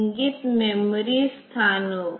तो यह एक गुणा एल्गोरिथ्म है